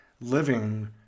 living